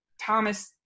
Thomas